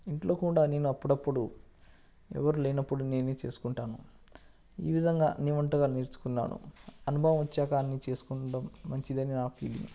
ఇంట్లో కూడా కూడా నేను అప్పుడప్పుడు ఎవరు లేనప్పుడు నేనే చేసుకుంటాను ఈ విధంగా అన్నీ వంటకాలు నేర్చుకున్నాను అనుభవం వచ్చాక అన్ని చేసుకోవటం మంచిదని నా ఫీలింగ్